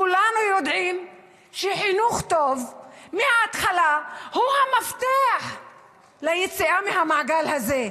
כולנו יודעים שחינוך טוב מההתחלה הוא המפתח ליציאה מהמעגל הזה.